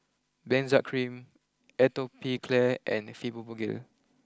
Benzac cream Atopiclair and Fibogel